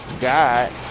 God